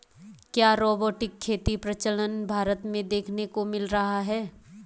क्या रोबोटिक खेती का प्रचलन भारत में देखने को मिल रहा है?